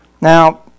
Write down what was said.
Now